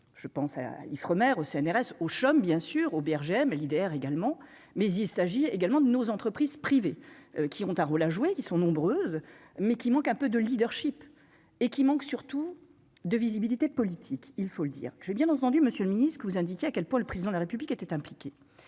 je pense à Ifremer au CNRS au bien sûr au BRGM Leader également mais il s'agit également de nos entreprises privées qui ont un rôle à jouer, qui sont nombreuses mais qui manque un peu de Leadership et qui manque surtout de visibilité politique, il faut le dire, j'ai bien entendu Monsieur le Ministre, que vous indiquer à quel point le président de la République était impliqué,